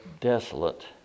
desolate